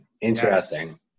Interesting